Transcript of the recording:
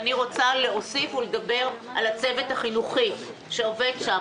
אני רוצה להוסיף ולדבר על הצוות החינוכי שעובד שם.